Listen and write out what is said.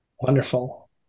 Wonderful